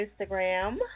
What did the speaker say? Instagram